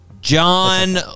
John